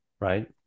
right